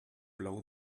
blow